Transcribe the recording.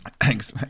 thanks